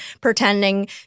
pretending